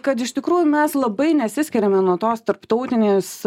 kad iš tikrųjų mes labai nesiskiriame nuo tos tarptautinės